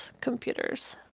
computers